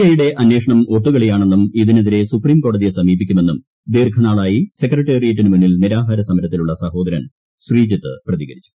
I യുടെ അന്വേഷണം ഒത്തുകളിയാണെന്നും ഇതിനെതിരെ സുപ്രീംകോടതിയെ സമീപിക്കുമെന്നും ദീർഘനാളായി സെക്രട്ടറിയേറ്റിന് മുന്നിൽ നിരാഹാര സമരത്തിലുള്ള സഹോദരൻ ശ്രീജിത്ത് പ്രതികരിച്ചു